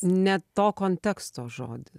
ne to konteksto žodis